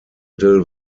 del